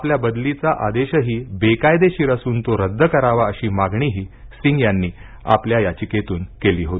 आपल्या बदलीचा आदेशही बेकायदेशीर असून तो रद्द करावा अशी मागणीही सिंग यांनी आपल्या याचिकेतून केली होती